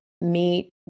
meet